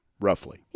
Roughly